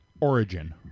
origin